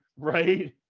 Right